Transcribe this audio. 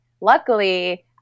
luckily